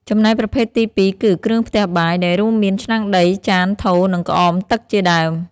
ចំណែកប្រភេទទីពីរគឺ គ្រឿងផ្ទះបាយ ដែលរួមមាន ឆ្នាំងដី ចាន ថូ និងក្អមទឹកជាដើម។